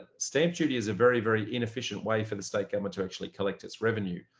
ah stamp duty is a very, very inefficient way for the state government to actually collect its revenue.